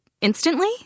instantly